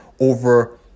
over